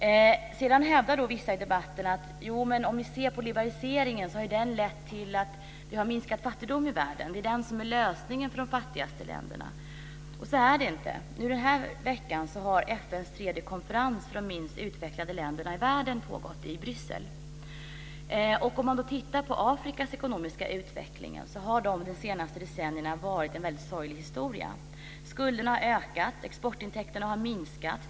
Vissa hävdar i debatten att liberaliseringen har lett till att vi har minskad fattigdom i världen. Det är den som är lösningen för de fattigaste länderna, menar man. Men så är det inte. Den här veckan har FN:s tredje konferens för de minst utvecklade länderna i världen pågått i Bryssel. Om man tittar på Afrikas ekonomiska utveckling ser man att den under de senaste decennierna har varit en sorglig historia. Skulderna har ökat. Exportintäkterna har minskat.